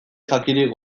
jakirik